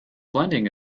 blending